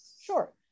Sure